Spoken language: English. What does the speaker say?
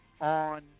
on